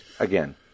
Again